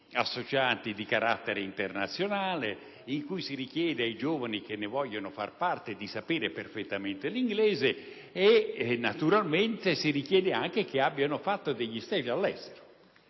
associati di carattere internazionale in cui si richiede ai giovani che ne vogliano far parte di sapere perfettamente l'inglese e naturalmente anche di aver fatto *stage* all'estero,